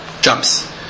jumps